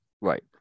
Right